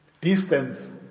distance